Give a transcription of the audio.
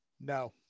No